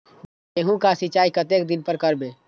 गेहूं का सीचाई कतेक दिन पर करबे?